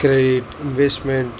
credit investment